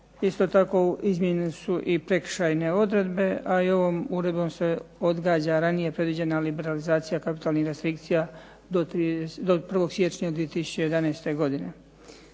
Isto tako, izmijenjene su i prekršajne odredbe a i ovom uredbom se odgađa ranije predviđena liberalizacija kapitalnih restrikcija do 1. siječnja 2011. godine.